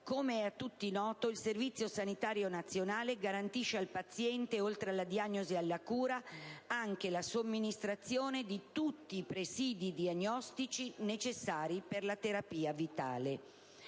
Com'è a tutti noto, il Servizio sanitario nazionale garantisce al paziente, oltre alla diagnosi ed alla cura, anche la somministrazione di tutti i presidi diagnostici necessari alla terapia vitale.